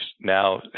now